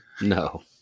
No